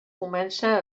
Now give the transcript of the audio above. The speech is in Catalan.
comença